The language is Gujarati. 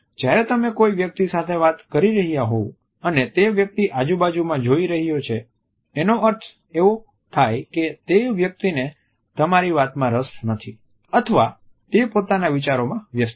જ્યારે તમે કોઈ વ્યક્તિ સાથે વાત કરી રહ્યા હોવ અને તે વ્યક્તિ આજુ બાજુ માં જોઈ રહ્યો છે એનો અર્થ એવો કે તે વ્યક્તિને તમારી વાતમાં રસ નથી અથવા તે પોતાના વિચારોમાં વ્યસ્ત છે